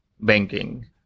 banking